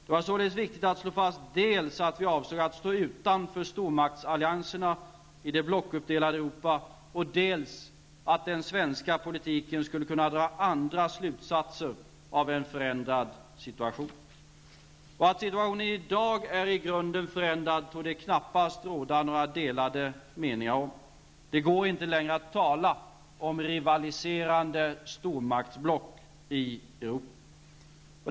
Det var således viktigt att slå fast dels att vi avsåg att stå utanför stormaktsallianserna i det blockuppdelade Europa, dels att den svenska politiken skulle kunna dra andra slutsatser av en förändrad situation. Att situationen i dag är i grunden förändrad torde det knappast kunna råda några delade meningar om. Det går inte längre att tala om rivaliserande stormaktsblock i Europa.